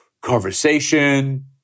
conversation